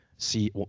see